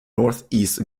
northeast